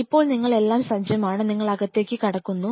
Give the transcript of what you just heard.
ഇപ്പോൾ നിങ്ങൾ എല്ലാം സജ്ജമാണ് നിങ്ങൾ അകത്തേക്ക് കടക്കുന്നു